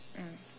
mm